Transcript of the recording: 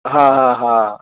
હા હા હા